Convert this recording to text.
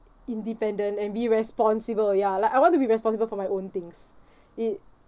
independent and be responsible ya like I want to be responsible for my own things it